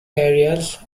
areas